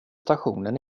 stationen